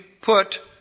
put